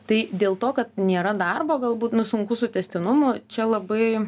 tai dėl to kad nėra darbo galbūt nu sunku su tęstinumu čia labai